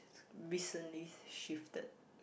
recently shifted